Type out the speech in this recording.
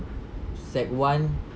sec one